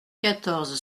quatorze